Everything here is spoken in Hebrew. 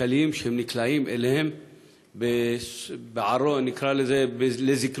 הכלכליים שהם נקלעים אליהם, בזיקנותם, נקרא לזה.